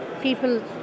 people